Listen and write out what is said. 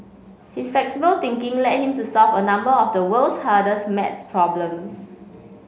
his flexible thinking led him to solve a number of the world's hardest maths problems